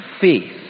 faith